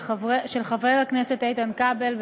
של חבר הכנסת איתן כבל,